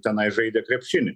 tenai žaidė krepšinį